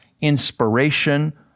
inspiration